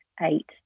eight